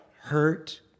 hurt